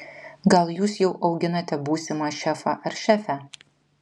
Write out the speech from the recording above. gal jūs jau auginate būsimą šefą ar šefę